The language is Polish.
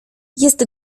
jest